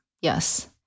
yes